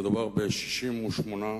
מדובר ב-68,